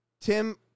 Tim